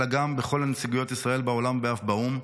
אלא גם בכל נציגויות ישראל בעולם ואף באו"ם,